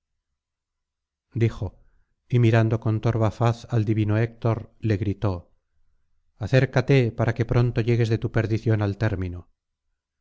dijo y mirando con torva faz al divino héctor le gritó acércate para que pronto llegues de tu perdición al término